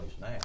now